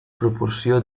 proporció